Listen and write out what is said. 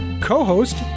Co-host